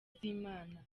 z’imana